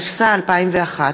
התשס"א 2001,